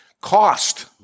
cost